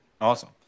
Awesome